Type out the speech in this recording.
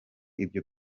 ibyo